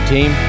Team